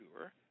sure